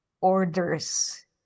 orders